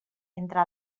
entre